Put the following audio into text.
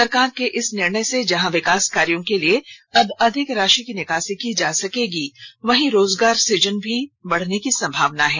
सरकार के इस निर्णय से जहां विकास कार्यो के लिए अब अधिक राशि की निकासी की जा सकेगी वहीं रोजगार सुजन के बढने की भी संभावना है